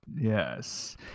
Yes